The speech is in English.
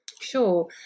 Sure